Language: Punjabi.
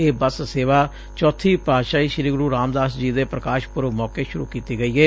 ਇਹ ਬੱਸ ਸੇਵਾ ਚੌਥੀ ਪਾਤਸ਼ਾਹੀ ਸ੍ੀ ਗੁਰੂ ਰਾਮਦਾਸ ਜੀ ਦੇ ਪ੍ਕਾਸ਼ ਪੂਰਬ ਮੌਕੇ ਸੁਰੁ ਕੀਤੀ ਗਈ ਏ